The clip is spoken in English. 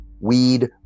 weed